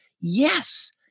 yes